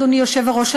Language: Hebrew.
אדוני היושב-ראש,